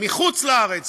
מחוץ-לארץ,